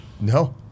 No